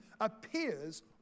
appears